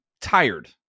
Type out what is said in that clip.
tired